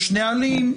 יש נהלים,